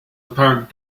apparent